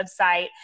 website